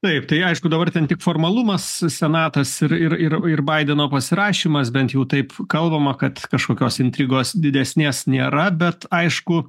taip tai aišku dabar ten tik formalumas senatas ir ir ir ir baideno pasirašymas bent jau taip kalbama kad kažkokios intrigos didesnės nėra bet aišku